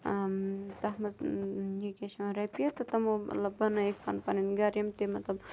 تَتھ منٛز یہِ کیٛاہ چھِ وَنان رۄپیہِ تہٕ تمو مطلب بنٲیِکھ پنٕنۍ پنٕنۍ گَرٕ یِم تہِ مطلب